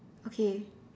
okay